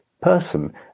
person